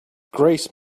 grace